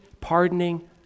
pardoning